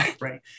Right